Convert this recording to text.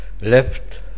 left